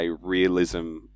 realism